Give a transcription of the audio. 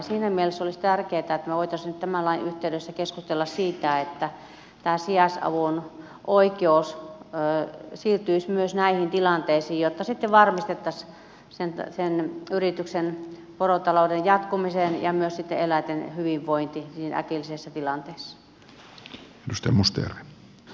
siinä mielessä olisi tärkeätä että me voisimme nyt tämän lain yhteydessä keskustella siitä että tämä sijaisavun oikeus siirtyisi myös näihin tilanteisiin jotta varmistettaisiin sen yrityksen porotalouden jatkuminen ja myös eläinten hyvinvointi siinä äkillisessä tilanteessa